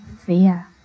fear